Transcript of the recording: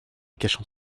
cachant